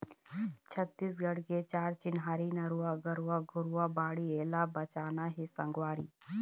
छत्तीसगढ़ के चार चिन्हारी नरूवा, गरूवा, घुरूवा, बाड़ी एला बचाना हे संगवारी